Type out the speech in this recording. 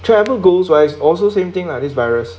travel goals wise also same thing lah this virus